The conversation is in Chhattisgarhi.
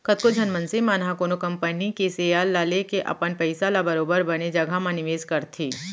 कतको झन मनसे मन ह कोनो कंपनी के सेयर ल लेके अपन पइसा ल बरोबर बने जघा म निवेस करथे